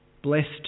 Blessed